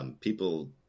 People